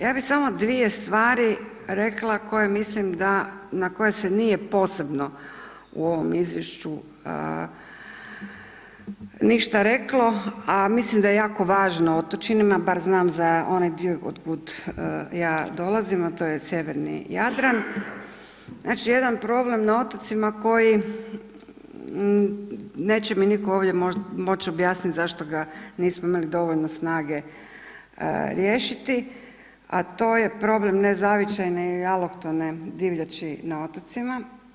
Ja bi samo dvije stvari rekla koje mislim da, na koje se nije posebno u ovom izvješću ništa reklo, a mislim da je jako važno otočanima, bar znam za onaj dio otkud ja dolazim, a to je Sjeverni Jadran, znači, jedan problem na otocima koji, neće mi nitko ovdje moć objasnit zašto ga nismo imali dovoljno snage riješiti, a to je problem ne zavičajne i alohtone divljači na otocima.